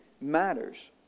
matters